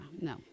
no